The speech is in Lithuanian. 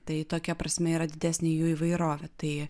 tai tokia prasme yra didesnė jų įvairovė tai